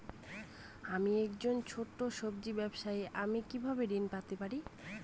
আমি একজন ছোট সব্জি ব্যবসায়ী আমি কিভাবে ঋণ পেতে পারি?